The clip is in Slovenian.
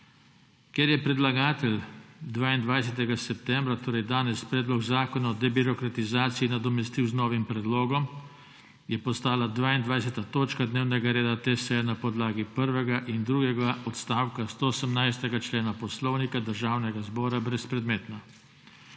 Ker je predlagatelj 22. septembra, torej danes, Predlog zakona o debirokratizaciji nadomestil z novim predlogom, je postala 22. točka dnevnega reda te seje na podlagi prvega in drugega odstavka 118. člena Poslovnika Državnega zbora brezpredmetna.